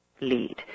lead